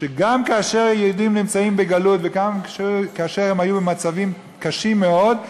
שגם כאשר יהודים נמצאים בגלות וגם כאשר הם היו במצבים קשים מאוד,